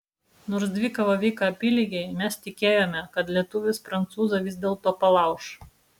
nors dvikova vyko apylygiai mes tikėjome kad lietuvis prancūzą vis dėlto palauš